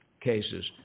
cases